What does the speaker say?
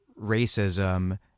racism